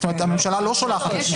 זאת אומרת שהממשלה לא שולחת לפני כן.